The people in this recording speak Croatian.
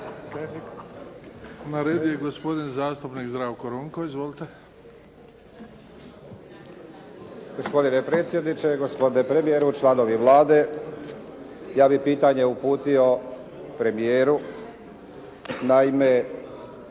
Na redu je gospodin zastupnik Zdravko Ronko. Izvolite. **Ronko, Zdravko (SDP)** Gospodine predsjedniče, gospodine premijeru, članovi Vlade. Ja bih pitanje uputio premijeru. Naime,